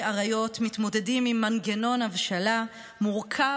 עריות מתמודדים עם מנגנון הבשלה מורכב,